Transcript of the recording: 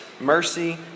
mercy